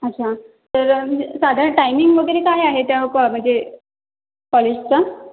अच्छा तर म्हणजे साधारण टायमिंग वगैरे काय आहे त्या कॉ म्हणजे कॉलेजचा